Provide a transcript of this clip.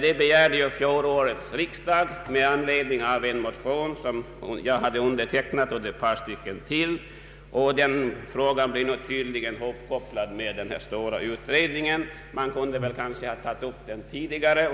Detta begärde fjolårets riksdag med anledning av en motion av mig och några andra inom folkpartiet. Den frågan blir nu tydligen hopkopplad med frågan om pensionsåldern i den stora utredningen. Frågan kunde kanske ha tagits upp tidigare,